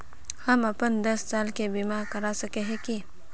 हम अपन दस साल के बीमा करा सके है की?